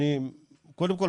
קודם כל,